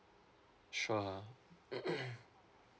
sure